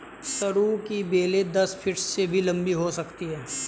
सरू की बेलें दस फीट से भी लंबी हो सकती हैं